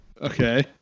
Okay